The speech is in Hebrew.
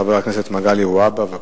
חבר הכנסת מגלי והבה, בבקשה.